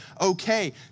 okay